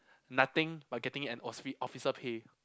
nothing but getting an ocfi~ officer pay